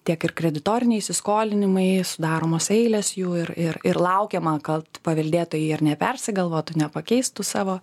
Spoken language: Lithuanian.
tiek ir kreditoriniai įsiskolinimai sudaromos eilės jų ir ir ir laukiama kad paveldėtojai ar nepersigalvotų nepakeistų savo